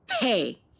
pay